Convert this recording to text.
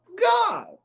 God